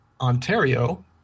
Ontario